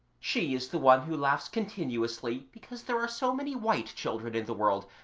she is the one who laughs continuously because there are so many white children in the world,